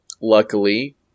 luckily